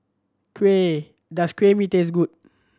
kuah does kuah mee taste good